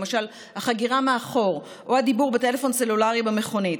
למשל החגירה מאחור או דיבור בטלפון סלולרי במכונית,